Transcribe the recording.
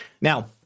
Now